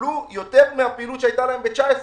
קיבלו יותר מהפעילות שהייתה להם ב-2019.